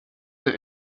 the